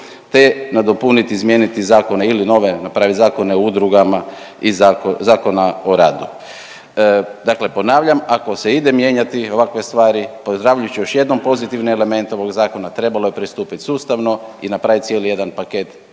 te nadopuniti, izmijeniti zakone ili nove napravit Zakone o udrugama i Zakona o radu. Dakle, ponavljam ako se ide mijenjati ovakve stvari pozdravljajući još jednom pozitivne elemente ovog zakona trebalo je pristupit sustavno i napravit cijeli jedan paket